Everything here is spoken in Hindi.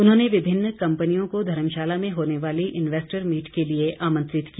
उन्होंने विभिन्न कंपनियों को धर्मशाला में होने वाली इन्वेस्टर मीट के लिए आमंत्रित किया